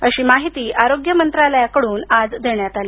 अशी माहिती आरोग्य मंत्रालयाकडून आज देण्यात आली